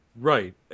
Right